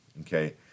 okay